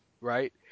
right